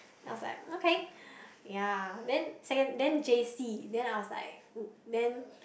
then I was like okay ya then second then J_C then I was like then